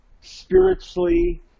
spiritually